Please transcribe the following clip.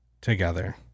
together